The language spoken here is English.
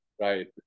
Right